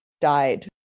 died